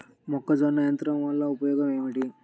మొక్కజొన్న యంత్రం వలన ఉపయోగము ఏంటి?